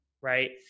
right